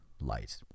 light